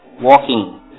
walking